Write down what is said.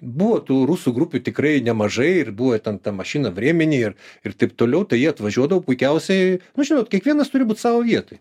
buvo tų rusų grupių tikrai nemažai ir buvę ten ta mašina vremeni ir ir taip toliau tai jie atvažiuodavo puikiausiai nu žinot kiekvienas turi būt savo vietoj